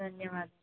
ధన్యవాదాలు